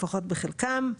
לפחות בחלקם.